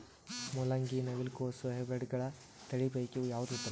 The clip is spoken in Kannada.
ಮೊಲಂಗಿ, ನವಿಲು ಕೊಸ ಹೈಬ್ರಿಡ್ಗಳ ತಳಿ ಪೈಕಿ ಯಾವದು ಉತ್ತಮ?